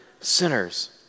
sinners